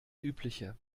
übliche